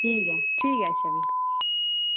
ठीक ऐ ठीक ऐ अच्छा प्ही